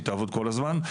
היא תעבוד כל הזמן.